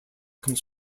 comes